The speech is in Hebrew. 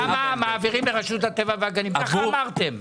חבל שלא הבנתם קודם.